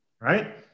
right